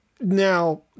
Now